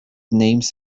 names